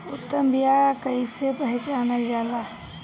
उत्तम बीया कईसे पहचानल जाला?